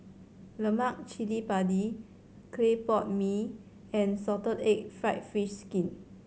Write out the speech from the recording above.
lemak cili padi clay pot mee and salted egg fried fish skin